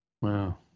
Wow